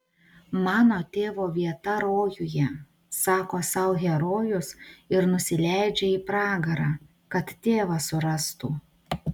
mano tėvo vieta rojuje sako sau herojus ir nusileidžia į pragarą kad tėvą surastų